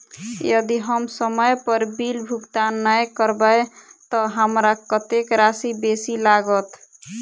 यदि हम समय पर बिल भुगतान नै करबै तऽ हमरा कत्तेक राशि बेसी लागत?